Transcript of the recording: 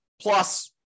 plus